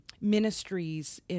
ministries